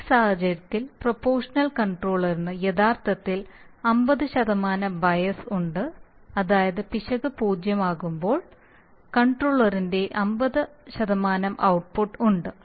ഈ സാഹചര്യത്തിൽ പ്രൊപോഷണൽ കൺട്രോളറിന് യഥാർത്ഥത്തിൽ 50 ബയസ് ഉണ്ട് അതായത് പിശക് 0 ആകുമ്പോൾ കൺട്രോളറിന്റെ 50 ഔട്ട്പുട്ട് ഉണ്ട്